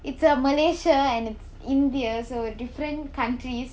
it's a malaysia and it's india so uh different countries